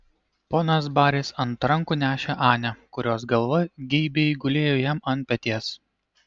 ponas baris ant rankų nešė anę kurios galva geibiai gulėjo jam ant peties